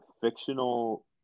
fictional